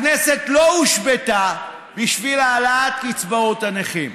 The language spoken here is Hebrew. הכנסת לא הושבתה בשביל העלאת קצבאות הנכים,